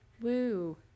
woo